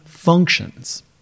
functions